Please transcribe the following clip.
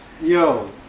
Yo